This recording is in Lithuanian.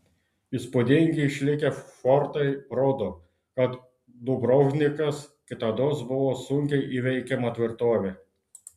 įspūdingi išlikę fortai rodo kad dubrovnikas kitados buvo sunkiai įveikiama tvirtovė